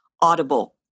audible